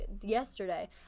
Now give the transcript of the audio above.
yesterday